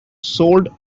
sold